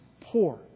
poor